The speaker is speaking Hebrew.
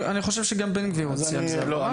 אני חושב שגם בן גביר הוציא על זה הודעה.